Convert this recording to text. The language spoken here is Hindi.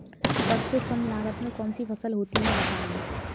सबसे कम लागत में कौन सी फसल होती है बताएँ?